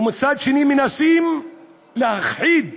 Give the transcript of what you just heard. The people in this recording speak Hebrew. ומצד שני מנסים להכחיד